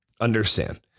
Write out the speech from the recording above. understand